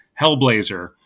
Hellblazer